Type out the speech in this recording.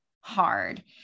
hard